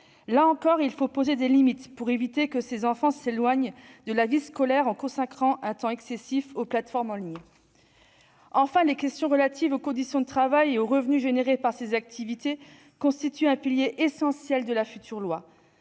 Là encore, il faut poser des limites, pour éviter que ces enfants ne s'éloignent de la vie scolaire en consacrant un temps excessif aux plateformes en ligne. Enfin, le traitement des questions relatives aux conditions de travail et aux revenus engendrés par ces activités constitue un pilier essentiel de la future loi.